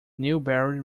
newberry